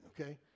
okay